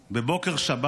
בבוקר שבת